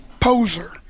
poser